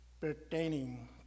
pertaining